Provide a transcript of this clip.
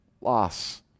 loss